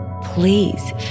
Please